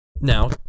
now